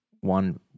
one